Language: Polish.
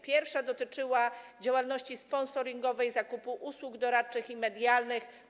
Pierwsza dotyczyła działalności sponsoringowej, zakupu usług doradczych i medialnych.